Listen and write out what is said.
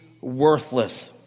worthless